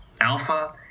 Alpha